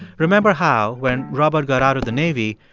remember how, when robert got out of the navy,